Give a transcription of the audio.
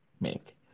make